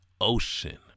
Ocean